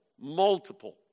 multiple